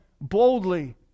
boldly